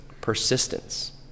persistence